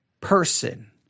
person